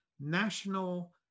national